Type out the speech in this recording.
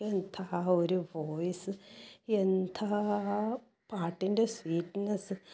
എന്താ ഒരു വോയിസ് എന്താ പാട്ടിൻ്റെ സ്വീറ്റ്നെസ്